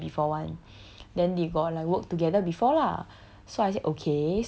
she will group with her roomie before [one] then they got like work together before lah